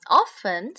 often